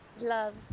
Love